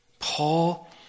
Paul